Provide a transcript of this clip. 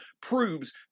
proves